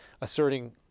asserting